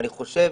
ואני חושב